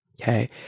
Okay